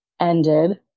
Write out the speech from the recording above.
ended